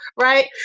Right